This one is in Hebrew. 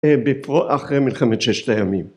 בפרו אחרי מלחמת ששת הימים.